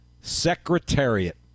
secretariat